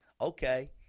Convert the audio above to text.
Okay